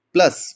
Plus